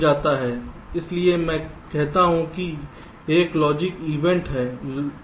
इसलिए मैं कहता हूं कि एक लॉजिक इवेंट है